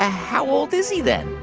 ah how old is he then?